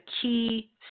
key